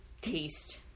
taste